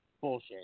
bullshit